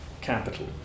capital